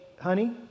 honey